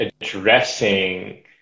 addressing